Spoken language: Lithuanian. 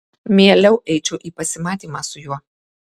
mieliau eičiau į pasimatymą su juo